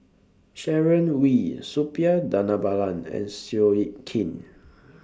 Sharon Wee Suppiah Dhanabalan and Seow Yit Kin